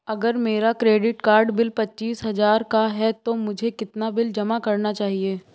अगर मेरा credit card bill पच्चीस हजार का है तो मुझे कितना बिल जमा करना चाहिए?